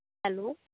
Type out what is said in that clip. hello